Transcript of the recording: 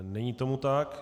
Není tomu tak.